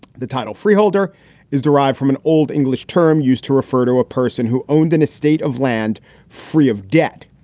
the title freeholder is derived from an old english term used to refer to a person who owned an estate of land free of debt.